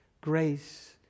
grace